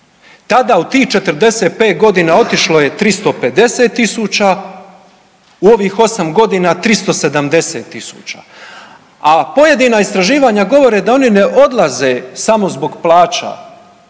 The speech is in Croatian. Tada, u tih 45 godina otišlo je 350 tisuća, u ovih 8 godina 370 tisuća, a pojedina istraživanja govore da oni ne odlaze samo zbog plaća,